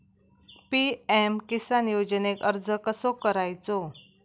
PM Kisan योजनेक अर्ज कसो करायचो?